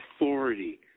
authority